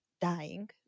dying